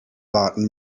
warten